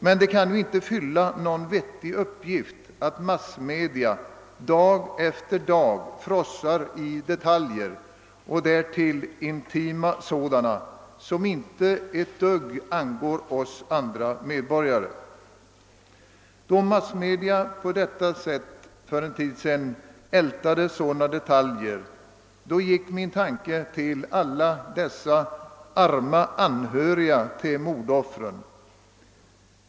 Men det kan inte fylla någon vettig uppgift att massmedia dag efter dag frossar i detaljer — och därtill intima sådana — som inte ett dugg angår oss andra medborgare. Då massmedia på detta sätt för en tid sedan ältade sådana detaljer, gick min tanke till alla arma anhöriga till mordoffren.